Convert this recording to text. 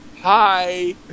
hi